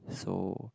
so